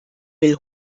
will